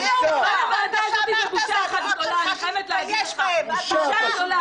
------ בושה, פשוט בושה.